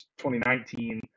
2019